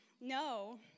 No